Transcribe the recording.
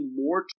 more